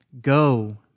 Go